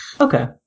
Okay